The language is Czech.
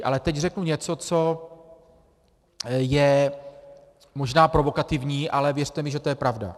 Ale teď řeknu něco, co je možná provokativní, ale věřte mi, že je to pravda.